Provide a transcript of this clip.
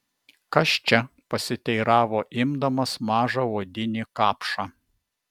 kas čia pasiteiravo imdamas mažą odinį kapšą